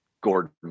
Gordon